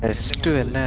ah still